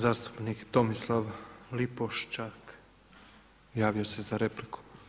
Zastupnik Tomislav Lipošćak javio se za repliku.